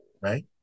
right